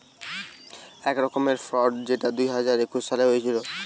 এক রকমের ফ্রড যেটা দুই হাজার একুশ সালে হয়েছিল